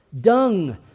dung